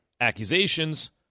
accusations